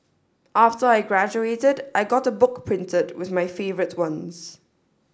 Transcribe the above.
after I graduated I got a book printed with my favourite ones